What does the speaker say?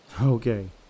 Okay